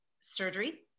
surgery